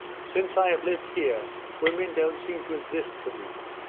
since i have lived here women don't seem to exist for me.